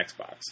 Xbox